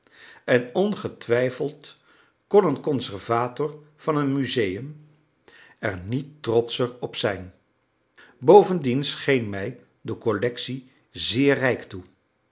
en ongetwijfeld kon een conservator van een museum er niet trotscher op zijn bovendien scheen mij de collectie zeer rijk toe